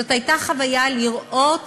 זאת הייתה חוויה לראות